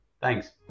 Thanks